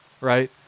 right